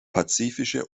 pazifische